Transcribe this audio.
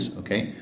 okay